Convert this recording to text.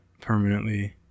permanently